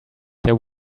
there